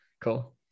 Cool